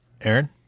aaron